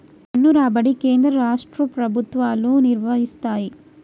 పన్ను రాబడి కేంద్ర రాష్ట్ర ప్రభుత్వాలు నిర్వయిస్తయ్